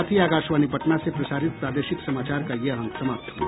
इसके साथ ही आकाशवाणी पटना से प्रसारित प्रादेशिक समाचार का ये अंक समाप्त हुआ